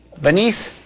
Beneath